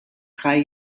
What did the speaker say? drei